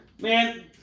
Man